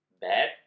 bad